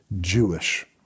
Jewish